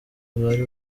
bari